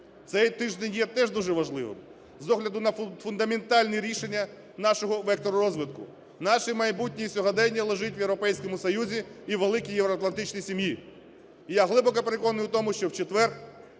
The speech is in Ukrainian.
Цей тиждень є теж дуже важливим з огляду на фундаментальні рішення нашого вектору розвитку. Наші майбутнє і сьогодення лежать в Європейському Союзі і в великій євроатлантичній сім'ї. І я глибоко переконаний в тому, що в четвер